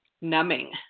numbing